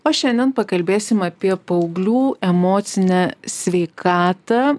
o šiandien pakalbėsim apie paauglių emocinę sveikatą